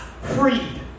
free